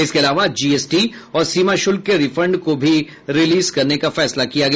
इसके अलावा जीएसटी और सीमा शुल्क के रिफंड को भी रिलिज करने का फैसला किया गया